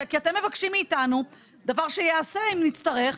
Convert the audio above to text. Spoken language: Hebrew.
כי אתם מבקשים מאיתנו דבר שייעשה אם נצטרך,